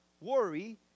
worry